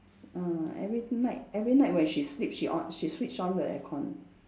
ah every night every night when she sleeps she on she switch on the aircon